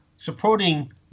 supporting